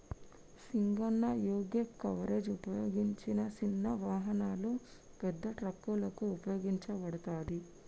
సింగన్న యీగేప్ కవరేజ్ ఉపయోగించిన సిన్న వాహనాలు, పెద్ద ట్రక్కులకు ఉపయోగించబడతది